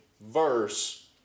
verse